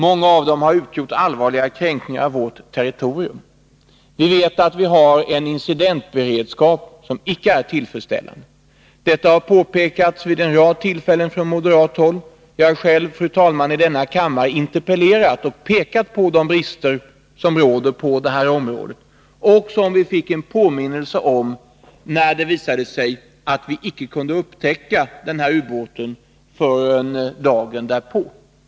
Många av dem har utgjort allvarliga kränkningar av vårt territorium. Vi vet att vår incidentberedskap inte är tillfredsställande. Detta har påpekats från moderat håll vid en rad tillfällen. Jag har själv i denna kammare interpellerat och pekat på de brister som råder på området och som vi fick en påminnelse om när det visade sig att vi inte kunde upptäcka den här ubåten förrän dagen efter grundstötningen.